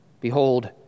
Behold